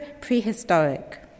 prehistoric